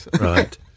Right